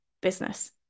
business